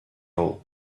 old